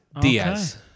Diaz